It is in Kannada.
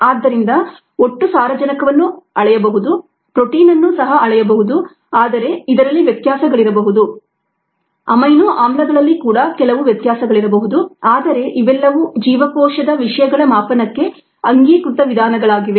ಆದ್ದರಿಂದ ಒಟ್ಟು ಸಾರಜನಕವನ್ನು ಅಳೆಯಬಹುದು ಪ್ರೋಟೀನ್ ಅನ್ನು ಸಹ ಅಳೆಯಬಹುದು ಆದರೆ ಇದರಲ್ಲಿ ವ್ಯತ್ಯಾಸಗಳಿರಬಹುದು ಅಮೈನೊ ಆಮ್ಲಗಳಲ್ಲಿ ಕೂಡ ಕೆಲವು ವ್ಯತ್ಯಾಸಗಳಿರಬಹುದು ಆದರೆ ಇವೆಲ್ಲವೂ ಜೀವಕೋಶದ ವಿಷಯಗಳ ಮಾಪನಕ್ಕೆ ಅಂಗೀಕೃತ ವಿಧಾನಗಳಾಗಿವೆ